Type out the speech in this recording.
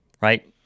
right